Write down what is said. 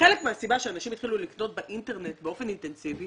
מהסיבה שאנשים התחילו לקנות באינטרנט באופן אינטנסיבי